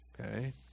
okay